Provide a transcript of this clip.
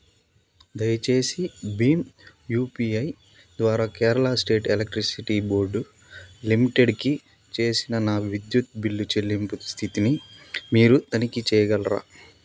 దయచేసి భీమ్ U P I ద్వారా కేరళ స్టేట్ ఎలక్ట్రిసిటీ బోర్డు లిమిటెడ్కి చేసిన నా విద్యుత్ బిల్లు చెల్లింపు స్థితిని మీరు తనిఖీ చేయగలరా